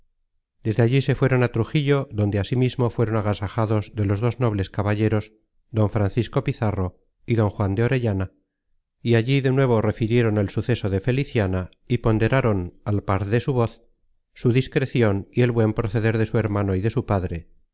desde allí se fueron á trujillo adonde asimismo fueron agasajados de los dos nobles caballeros don francisco pizarro y don juan de orellana y allí de nuevo refirieron el suceso de feliciana y ponderaron al par de su voz su content from google book search generated at discrecion y el buen proceder de su hermano y de su padre